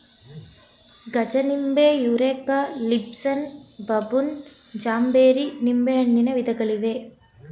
ಗಜನಿಂಬೆ, Eureka, Lisbon, baboon, ಜಾಂಬೇರಿ ನಿಂಬೆಹಣ್ಣಿನ ವಿಧಗಳಿವೆ